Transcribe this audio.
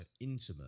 intimate